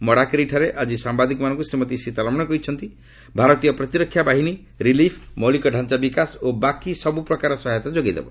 ମଡାକେରୀଠାରେ ଆଜି ସାମ୍ଘାଦିକମାନଙ୍କୁ ଶ୍ରୀମତୀ ସୀତାରମଣ କହିଛନ୍ତି ଭାରତୀୟ ପ୍ରତିରକ୍ଷାବାହିନୀ ରିଲିଫ ମୌଳିକଢ଼ାଞ୍ଚା ବିକାଶ ଓ ବାକି ସବୃପ୍କାର ସହାୟତା ଯୋଗାଇଦେବ